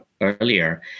earlier